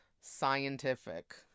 scientific